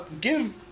give